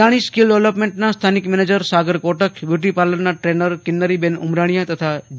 Adani skill ડેવલોપમેન્ટનાં સ્થાનિક manager Sagar Kotak beauty પાર્લરના ટ્રેનર કીન્નરીબેન ઉમરાણીયા તથાજી